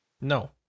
No